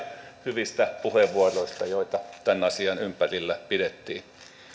hyvistä puheenvuoroista joita tämän asian ympärillä pidettiin